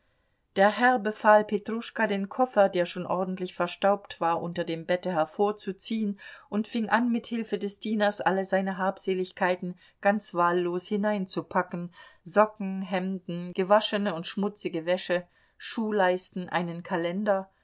der herr befahl petruschka den koffer der schon ordentlich verstaubt war unter dem bette hervorzuziehen und fing an mit hilfe des dieners alle seine habseligkeiten ganz wahllos hineinzupacken socken hemden gewaschene und schmutzige wäsche schuhleisten einen kalender